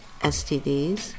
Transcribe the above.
STDs